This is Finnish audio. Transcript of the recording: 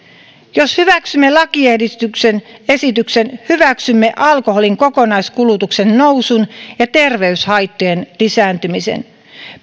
jos hyväksymme lakiesityksen hyväksymme alkoholin kokonaiskulutuksen nousun ja terveyshaittojen lisääntymisen